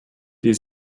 die